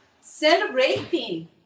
celebrating